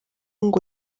ngo